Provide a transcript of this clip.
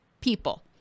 people